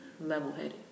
level-headed